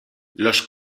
los